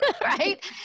Right